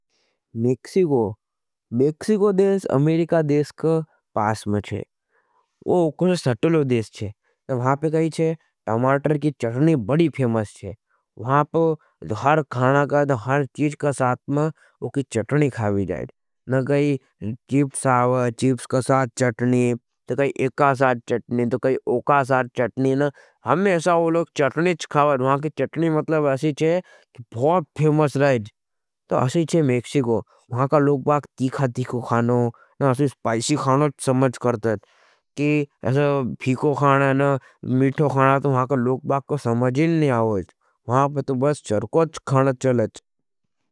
Mexico Mexico देश America देश का पासम हज। वो कोई सट्टलो देश हज तो वहाँ पे कही छे टमाटर की चटनी बड़ी फेमस हज। वहाँ पे हर खाना का हज तो हर चीज का साथ में वह की चटनी खावे जाये। न कही चीप्स आओ चीप्स का साथ चटनी तो कही एका साथ चटनी तो कही ओका साथ चटनी हमेशा वो लोग चटनी थी। खावेज महाँ की चटनी मतलब ऐसी थे बहुत फेमस रहेज तो ऐसी थे। मेक्सिगो महाँ का लोग बाग तीखा तीखा खानो न आसी स्पाइशी खानो थी समझ करते हजं। कि ऐसा फीको खाना न मीठो खाना तो महाँ का लोग बाग को समझीन न आओ हज। महाँ पर तो बस चरको थी खान चलेज।